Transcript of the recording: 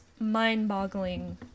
mind-boggling